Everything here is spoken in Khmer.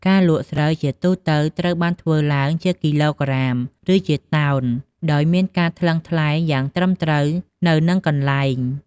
ការលក់ស្រូវជាទូទៅត្រូវបានធ្វើឡើងជាគីឡូក្រាម ឬជាតោន ដោយមានការថ្លឹងថ្លែងយ៉ាងត្រឹមត្រូវនៅនឹងកន្លែង។